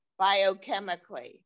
biochemically